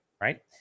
Right